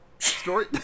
Story